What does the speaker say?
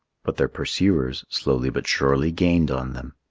but their pursuers slowly but surely gained on them.